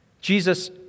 Jesus